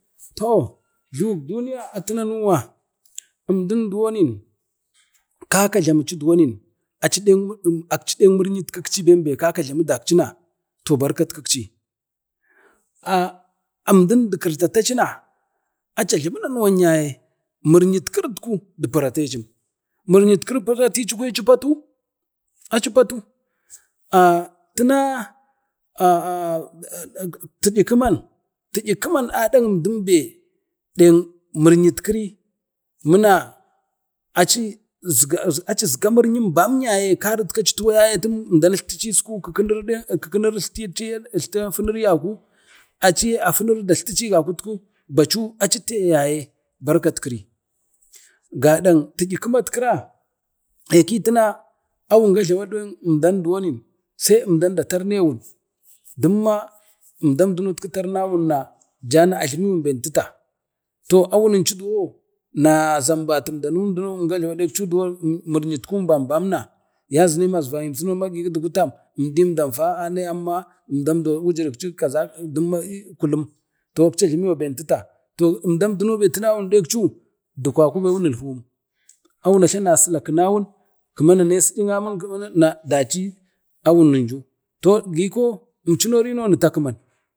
toh, jlawuk duniya atu nuwa nduwa kaka jlamu duwon akci net miryim kitci ben kaka jlawu dakci na barkat kikci. aa əmdin di kirtatacina aca ajlemi nanuwan yaye miriyimkiri dupanate cim, mir yrit kiri piratici kwaya aci patu aci patu ah tina a a tiyi kiman ben nek miryik kiri ben ibzanum ko aci izga miryim ban yaye kari emchuno karitu aci tutuyayam emdan nejla ciskun kekenuri etlte afunuri e yaku, aci yee afunuri datltaci egakutku bacu aci te yaye barkatkiri gadaeng tiyi kamatkiri kera ee tina awun ga jlawak den emda duwoni se endan da tarnawuna jana a jlumiwun ben tita to awunuci duwo na zambati emdanun wun gajlawai dakci muryit kuwun bambam na ya zine mazva yimasuno gin kidgu tam emdim emduna fa amma emdanda wujirinci kaza dumma ee kulum to akci ajlumewa ɓen tita toh emdau duno be tina wuna dekcu awun dikwakwa ben wunulhuwum awunin jla wuna silaku nawun kima awun ane sayim ammi na daci awunu ju giko imchino riro wunte kiman.